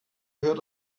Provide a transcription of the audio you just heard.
hört